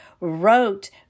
wrote